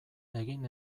egin